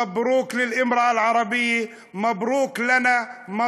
(אומר בערבית: מברוכ לאישה הערבייה,